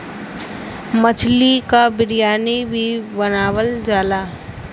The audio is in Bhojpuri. मछली क बिरयानी भी बनावल जाला